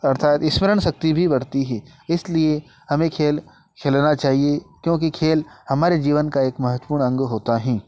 अर्थात स्मरण शक्ति भी बढ़ती है इसलिए हमें खेल खेलना चाहिए क्योंकि खेल हमारे जीवन का एक महत्वपूर्ण अंग होता है